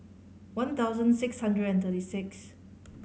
one thousand six hundred and thirty six